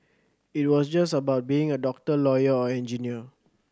it was just about being a doctor lawyer or engineer